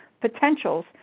potentials